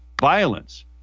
violence